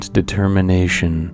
determination